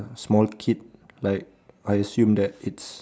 small kid like I assume that its